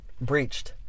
Breached